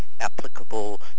applicable